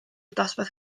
dosbarth